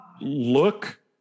look